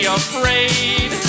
afraid